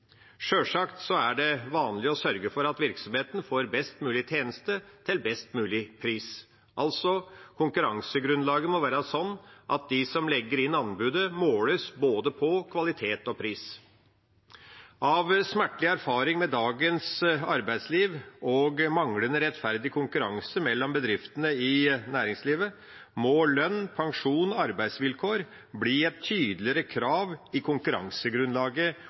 Sjølsagt er det vanlig å sørge for at virksomheten får best mulig tjeneste til best mulig pris. Altså må konkurransegrunnlaget være sånn at de som legger inn tilbudet, måles på både kvalitet og pris. Av smertelig erfaring med dagens arbeidsliv og manglende rettferdig konkurranse mellom bedriftene i næringslivet må lønn, pensjon og arbeidsvilkår bli et tydeligere krav i konkurransegrunnlaget